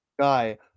Guy